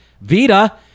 Vita